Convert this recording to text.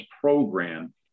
program